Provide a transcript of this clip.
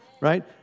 Right